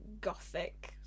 gothic